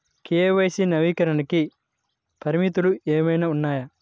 KYC నవీకరణకి పరిమితులు ఏమన్నా ఉన్నాయా?